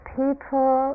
people